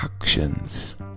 actions